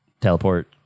Teleport